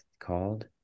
called